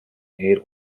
aid